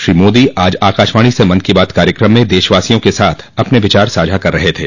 श्री मोदी आज आकाशवाणी से मन की बात कार्यक्रम में देशवासियों के साथ अपने विचार साझा कर रहे थे